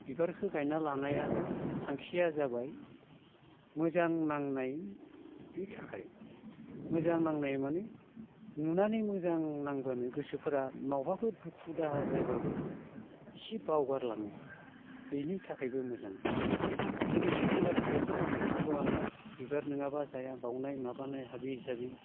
बिबारखो गायना लानाय थांखिया जाबाय मोजां नांनायनि थाखाय मोजां नांनाय माने नुनानै मोजां नांब्लानो गोसोफोरा मबावबाफोर दुखु दाहा जाब्लाबो एसे बावगार लाङो बिनि थाखायबो मोजां लोगोसे फुजा फाथालावथ' नांखा थारगौआनो बिबार नङाब्ला जाया बावनाय माबानाय हाबि जाबि